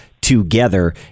together